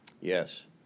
Yes